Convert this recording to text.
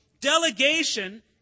delegation